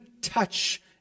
touch